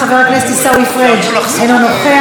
חבר הכנסת עיסאווי פריג' אינו נוכח,